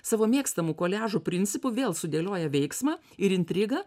savo mėgstamu koliažo principu vėl sudėlioja veiksmą ir intrigą